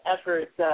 efforts